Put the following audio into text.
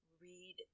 read